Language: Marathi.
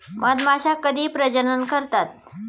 मधमाश्या कधी प्रजनन करतात?